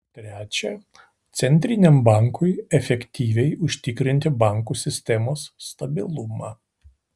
trečia centriniam bankui efektyviai užtikrinti bankų sistemos stabilumą